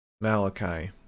Malachi